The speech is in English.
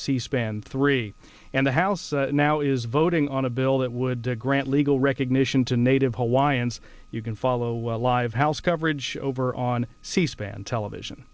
c span three and the house now is voting on a bill that would grant legal recognition to native hawaiians you can follow our live house coverage over on c span television